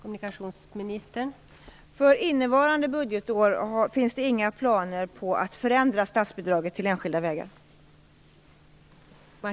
Fru talman! För innevarande budgetår finns det inga planer på att förändra statsbidraget till enskilda vägar.